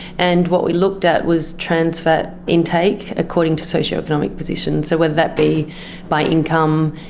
and what we looked at was trans fat intake according to socioeconomic positions, so whether that be by income,